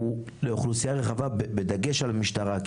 הוא לאוכלוסייה רחבה בדגש על המשטרה,